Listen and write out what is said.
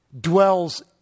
dwells